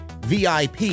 VIP